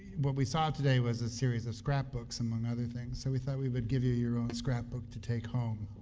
what we saw today was a series of scrapbooks, among other things, so, we thought we would give you your own scrapbook to take home.